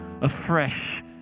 afresh